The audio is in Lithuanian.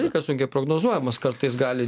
laikas sunkiai prognozuojamas kartais gali